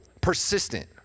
persistent